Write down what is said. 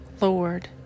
Lord